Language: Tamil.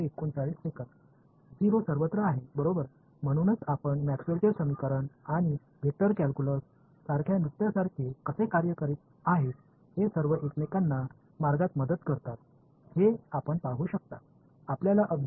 மாணவர் எல்லா இடங்களிலும் 0 இருக்கிறதா ஆகவே மேக்ஸ்வெல்லின் Maxwell's சமன்பாடுகள் மற்றும் வெக்டர் கால்குலஸ் போன்ற ஒரு நடனம் போல எப்படி ஒருவருக்கொருவர் உதவுகிறது என்பதை நீங்கள் காணலாம்